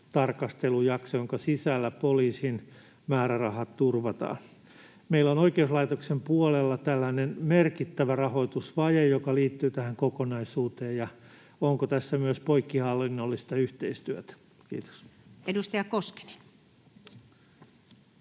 tarkastelujakso, jonka sisällä poliisin määrärahat turvataan? Meillä on oikeuslaitoksen puolella tällainen merkittävä rahoitusvaje, joka liittyy tähän kokonaisuuteen. Onko tässä myös poikkihallinnollista yhteistyötä? — Kiitos. [Speech